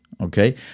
okay